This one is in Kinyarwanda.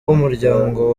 umuryango